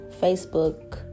facebook